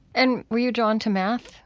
and were you drawn to math,